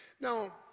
Now